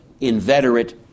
inveterate